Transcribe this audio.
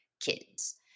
kids